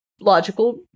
logical